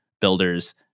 builders